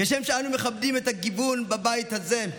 כשם שאנו מכבדים את הגיוון בבית הזה,